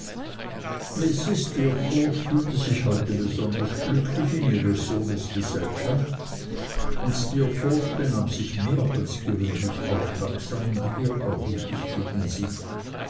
fühlte sich heute besonders glücklich in ihres sohnes gesellschaft und steerforth benahm sich mehr als gewöhnlich aufmerksam und ehrerbietig gegen sie